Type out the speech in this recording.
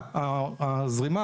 הזרימה,